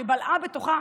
בלעה בתוכה,